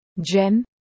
Jen